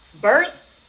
birth